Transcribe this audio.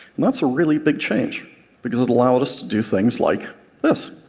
and that's a really big change because it allows us to do things like this.